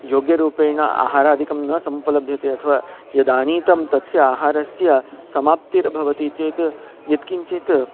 योग्यरूपेण आहारादिकं न समुपलभ्यते अथवा यदानीतं तस्य आहारस्य समाप्तिः भवति चेत् यत्किञ्चित्